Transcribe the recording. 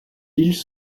îles